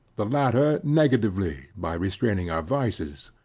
the latter negatively by restraining our vices.